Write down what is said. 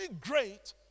great